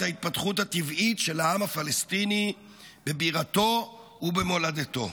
ההתפתחות הטבעית של העם הפלסטיני בבירתו ובמולדתו.